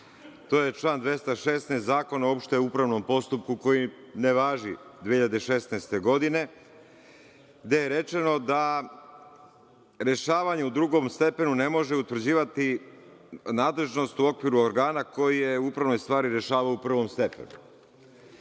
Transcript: To je član 216. Zakona o opštem upravnom postupku koji ne važi 2016. godine, gde je rečeno da rešavanje u drugom stepenu ne može utvrđivati nadležnost u okviru organa koji je upravnoj stvari rešavao u prvom stepenu,